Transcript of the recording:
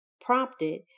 prompted